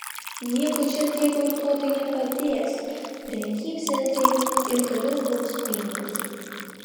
nieko čia tie boikotai nepadės prekybcentriai ir toliau lups pinigus